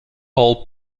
all